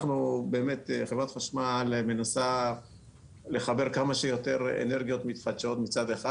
באמת חברת החשמל מנסה לחבר כמה שיותר אנרגיות מתחדשות מצד אחד.